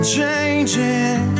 changing